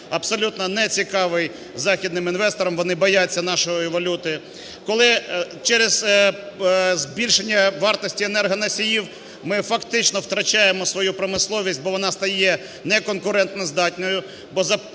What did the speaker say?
абсолютно нецікавий західним інвесторам. Вони бояться нашої валюти. Коли через збільшення вартості енергоносіїв ми фактично втрачаємо свою промисловість, бо вона стає неконкурентоздатною, бо за